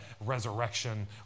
resurrection